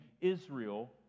Israel